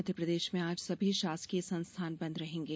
मध्यप्रदेश में आज सभी शासकीय संस्थान बंद रहेंगे